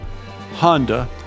Honda